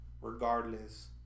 regardless